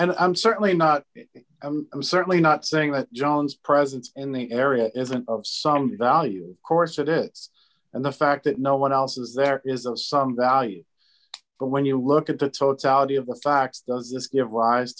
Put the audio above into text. and i'm certainly not i'm certainly not saying that john's presence in the area isn't of some value of course it is and the fact that no one else is there is of some value but when you look at the totality of the facts does this give rise